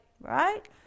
Right